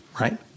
right